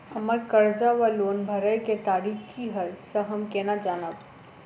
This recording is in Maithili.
हम्मर कर्जा वा लोन भरय केँ तारीख की हय सँ हम केना जानब?